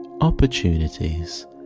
opportunities